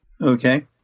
Okay